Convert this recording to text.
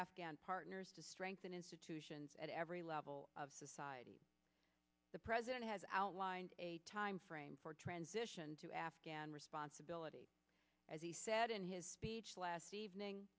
afghan partners to strengthen institutions at every level of society the president has outlined a time frame for transition to afghan responsibility as he said in his speech last evening